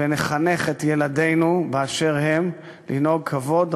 ולחנך את ילדינו באשר הם לנהוג כבוד